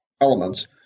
elements